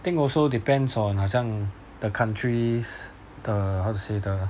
think also depends on 好像 the countries the how to say the